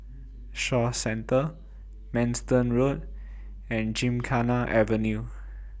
Shaw Centre Manston Road and Gymkhana Avenue